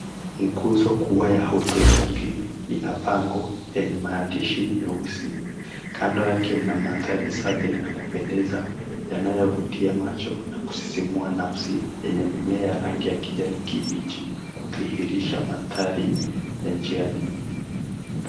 Nguzo kubwa ya hadhurungi ina pango yenye maandishi meuusi. Kando yake mna mandhari safi na ya kupendeza yanayovutia macho na kusisimua nafsi yenye mimea ya rangi ya kijani kibichi kudhihirisha mandhari ya njiani.